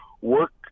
work